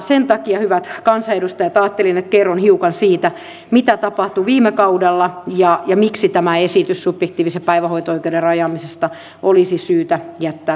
sen takia hyvät kansanedustajat ajattelin että kerron hiukan siitä mitä tapahtui viime kaudella ja miksi tämä esitys subjektiivisen päivähoito oikeuden rajaamisesta olisi syytä jättää säätämättä